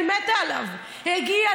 אני מתה עליו הגיע,